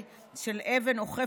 לא משנה.